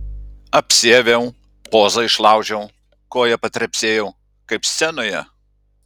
apsiaviau pozą išlaužiau koja patrepsėjau kaip scenoje